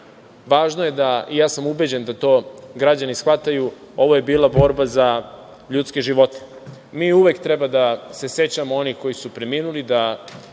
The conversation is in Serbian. važno je da, i ja sam ubeđen da to građani shvataju, ovo je bila borba za ljudske živote. Mi uvek treba da se sećamo onih koji su preminuli, da